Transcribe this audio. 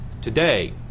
today